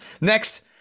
next